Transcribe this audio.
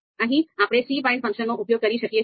અહીં આપણે cbind ફંક્શનનો ઉપયોગ કરી શકીએ છીએ